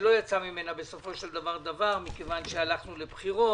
שלא יצא ממנה בסופו של דבר שום דבר מכיוון שהלכנו לבחירות.